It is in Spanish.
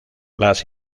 las